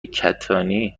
کتانی